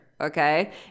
Okay